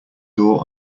door